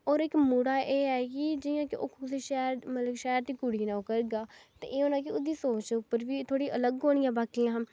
होर इक मुड़ा ऐ कि जि'यां ओह् कुसै शैह्र मतलब शैह्र दी कुड़ी कन्नै ओह् करगा ते एह् होना की ओह्दी सोच उप्पर बी थोह्ड़ी अलग होनी ऐ बाकियें शा